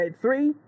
Three